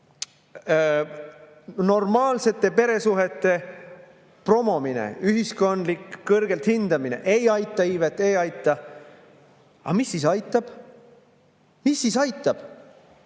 Normaalsete peresuhete promomine, ühiskondlikult kõrgelt hindamine ei aita iivet, ei aita. Aga mis siis aitab? Mis aitab?